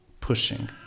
pushing